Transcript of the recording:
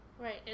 Right